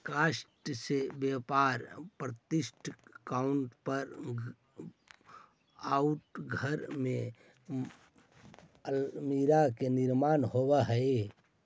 काष्ठ से व्यापारिक प्रतिष्ठान आउ घर में अल्मीरा के निर्माण होवऽ हई